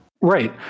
Right